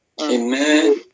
Amen